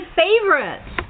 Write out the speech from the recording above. favorites